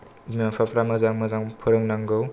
बिमा बिफाफ्रा मोजां मोजां फोरोंनांगौ